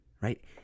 right